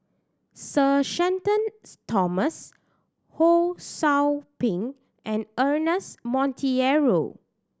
Sir Shenton Thomas Ho Sou Ping and Ernest Monteiro